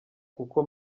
kuko